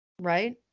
right